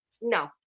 no